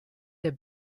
der